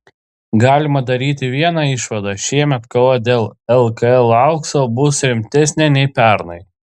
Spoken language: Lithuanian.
galima daryti vieną išvadą šiemet kova dėl lkl aukso bus rimtesnė nei pernai